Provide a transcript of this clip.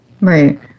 Right